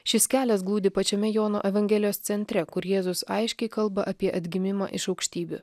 šis kelias glūdi pačiame jono evangelijos centre kur jėzus aiškiai kalba apie atgimimą iš aukštybių